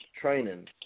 training